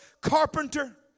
carpenter